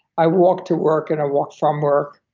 i walk to work, and i walk from work,